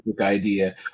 idea